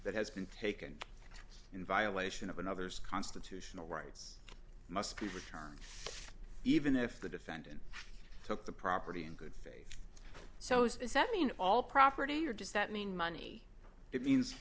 that has been taken in violation of another's constitutional rights must be returned even if the defendant took the property in good faith so that mean all property or does that mean money it means